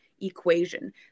equation